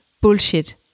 bullshit